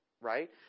right